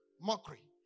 mockery